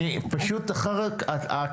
תכף יש מליאה,